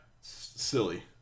Silly